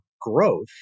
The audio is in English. growth